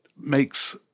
makes